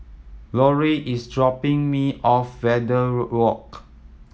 Lorie is dropping me off Verde Walk